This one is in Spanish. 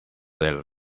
del